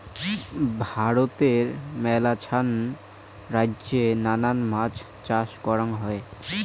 ভারতে মেলাছান রাইজ্যে নানা মাছ চাষ করাঙ হই